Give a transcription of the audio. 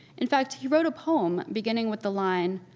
in fact, he wrote a poem beginning with the line,